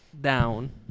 down